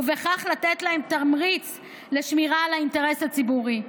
ובכך ניתן להם תמריץ לשמירה על האינטרס הציבורי,